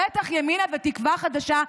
בטח ימינה ותקווה חדשה,